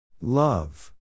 Love